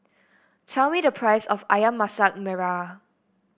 tell me the price of ayam Masak Merah